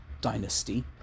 dynasty